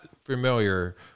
familiar